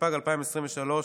התשפ"ג 2023,